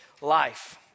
life